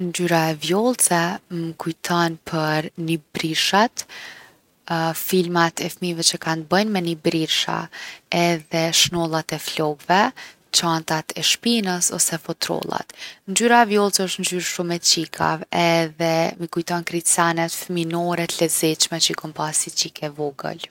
Ngjyra e vjollce m’kujton për nibrirshat, filmat e fmive që kanë t’bojnë me nibrirsha edhe shnollat e flokve. çantat e shpinës ose fotrollat. Ngjyra e vjollce osht ngjyrë shumë e qikave edhe mi kujton krejt senet fminore t’lezetshme që i kom pas si qikë e vogël.